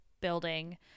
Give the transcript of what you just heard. building